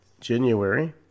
January